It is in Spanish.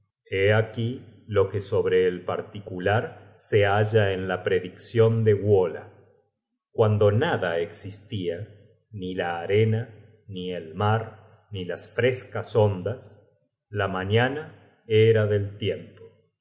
aquí lo que sobre el particular se halla en la prediccion de wola tcuando nada existia ni la arena ni el mar ni las frescas ondas la mañana era del tiempo